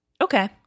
Okay